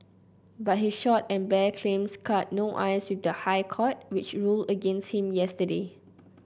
but his short and bare claims cut no ice with the High Court which ruled against him yesterday